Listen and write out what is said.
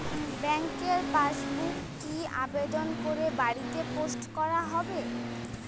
ব্যাংকের পাসবুক কি আবেদন করে বাড়িতে পোস্ট করা হবে?